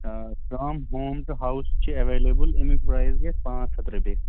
آ from home to house چھِ available اَمیُک پرایِس گژھِ پانٛژھ ہَتھ رۄپیہِ